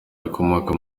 rikomoka